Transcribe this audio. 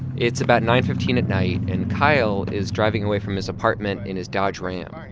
it's about nine fifteen at night, and kyle is driving away from his apartment in his dodge ram.